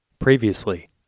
previously